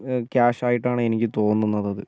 ക്യാഷായിട്ടാണ് എനിക്ക് തോന്നുന്നത് അത്